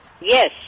Yes